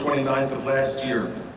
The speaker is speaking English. ninth of last year.